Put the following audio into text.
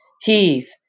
Heave